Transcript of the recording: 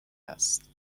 هست